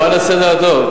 לא, למען הסדר הטוב.